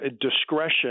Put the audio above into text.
discretion